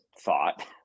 thought